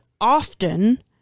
often